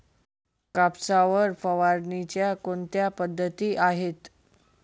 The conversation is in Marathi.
कापसावर फवारणीच्या कोणत्या पद्धती आहेत?